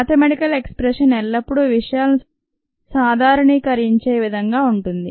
mathematical expression ఎల్లప్పుడూ విషయాలను సాధారణీకరించే విధంగా ఉంటుంది